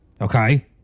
Okay